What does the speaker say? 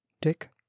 dick